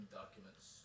documents